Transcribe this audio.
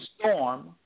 storm